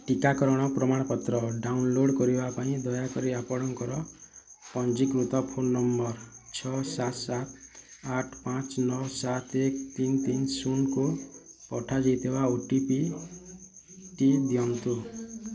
ଟିକାକରଣ ପ୍ରମାଣପତ୍ର ଡାଉନଲୋଡ଼୍ କରିବା ପାଇଁ ଦୟାକରି ଆପଣଙ୍କର ପଞ୍ଜୀକୃତ ଫୋନ୍ ନମ୍ବର୍ ଛଅ ସାତ ସାତ ଆଠ ପାଞ୍ଚ ନଅ ସାତ ଏକ ତିନ ତିନ ଶୂନକୁ ପଠାଯାଇଥିବା ଓଟିପିଟି ଦିଅନ୍ତୁ